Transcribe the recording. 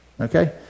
okay